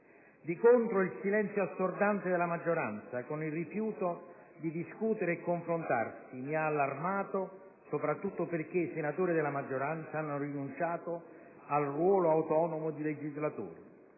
Di contro, il silenzio assordante della maggioranza, con il rifiuto di discutere e confrontarsi, mi ha allarmato, soprattutto perché i senatori della maggioranza hanno rinunciato al ruolo autonomo di legislatori.